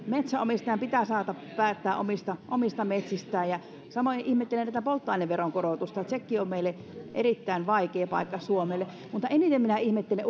metsänomistajan pitää saada päättää omista omista metsistään samoin ihmettelen tätä polttoaineveron korotusta sekin on meille erittäin vaikea paikka suomelle mutta eniten minä ihmettelen